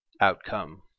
outcome